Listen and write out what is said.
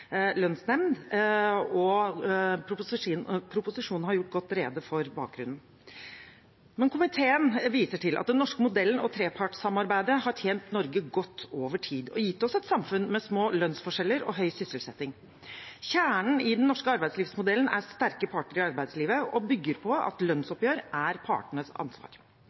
lønnsnemnd, og proposisjonen har gjort godt rede for bakgrunnen. Komiteen viser til at den norske modellen og trepartssamarbeidet har tjent Norge godt over tid og gitt oss et samfunn med små lønnsforskjeller og høy sysselsetting. Kjernen i den norske arbeidslivsmodellen er sterke parter i arbeidslivet og bygger på at lønnsoppgjør er partenes ansvar.